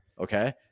Okay